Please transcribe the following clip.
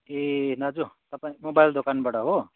ए दाजु तपाईँ मोबाइल दोकानबाट हो